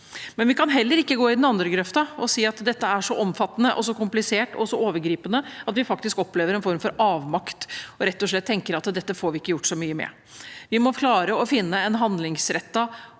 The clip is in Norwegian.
Men vi kan også gå i den andre grøften og si at dette er så omfattende, så komplisert og så overgripende at vi faktisk opplever en form for avmakt, og rett og slett tenker at dette får vi ikke gjort så mye med. Vi må klare å finne en handlingsrettet